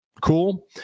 Cool